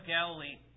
Galilee